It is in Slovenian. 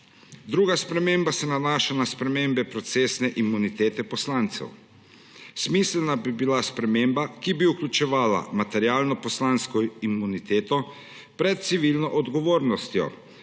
Druga sprememba se nanašana na spremembe procesne imunitete poslancev. Smiselna bi bila sprememba, ki bi vključevala materialno poslansko imuniteto pred civilno odgovornostjo,